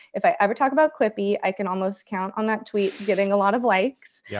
if i ever talk about clippy, i can almost count on that tweet getting a lot of likes.